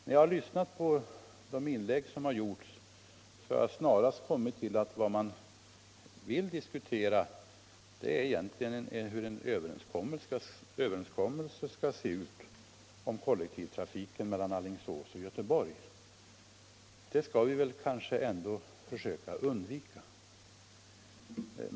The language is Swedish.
När jag lyssnat på de inlägg som gjorts har jag snarast kommit fram till att vad man vill diskutera egentligen är hur en överenskommelse skall se ut om kollektivtrafiken mellan Alingsås och Göteborg. Det skall vi väl ändå försöka undvika.